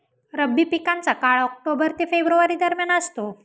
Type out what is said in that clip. रब्बी पिकांचा काळ ऑक्टोबर ते फेब्रुवारी दरम्यान असतो